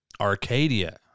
Arcadia